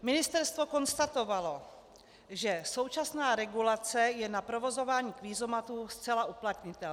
Ministerstvo konstatovalo, že současná regulace je na provozování kvízomatů zcela uplatnitelná.